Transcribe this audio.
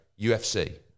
UFC